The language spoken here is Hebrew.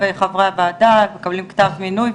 חברי הוועדה מקבלים כתב מינוי,